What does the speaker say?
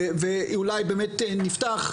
ואולי נפתח,